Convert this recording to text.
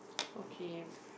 okay